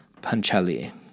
Panchali